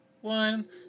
one